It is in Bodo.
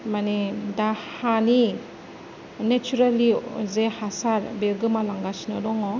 माने दा हानि नेचारेलि जे हासार बे गोमालांगासिनो दङ